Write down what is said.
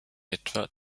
etwa